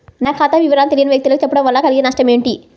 నా ఖాతా వివరాలను తెలియని వ్యక్తులకు చెప్పడం వల్ల కలిగే నష్టమేంటి?